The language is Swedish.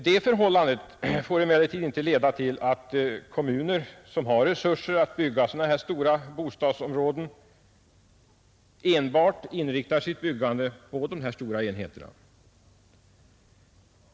Det förhållandet får emellertid inte leda till att kommuner som har resurser att bygga sådana stora bostadsområden enbart inriktar sitt byggande bara på sådana stora enheter.